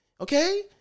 okay